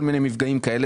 כל מיני דברים כאלה,